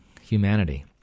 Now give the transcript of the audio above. humanity